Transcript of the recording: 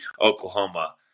Oklahoma